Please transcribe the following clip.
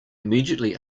immediately